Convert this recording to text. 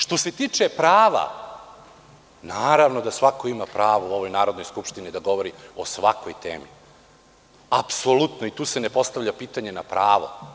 Što se tiče prava, naravno da svako ima pravo u ovoj Narodnoj skupštini da govori o svakoj temi, apsolutno, i tu se ne postavlja pitanje na pravo.